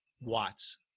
watts